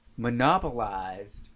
monopolized